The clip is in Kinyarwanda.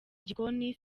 gikoni